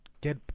get